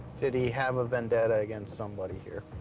did he have a vendetta against somebody here?